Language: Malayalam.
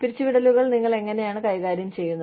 പിരിച്ചുവിടലുകൾ നിങ്ങൾ എങ്ങനെയാണ് കൈകാര്യം ചെയ്യുന്നത്